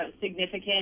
significant